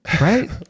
right